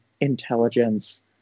intelligence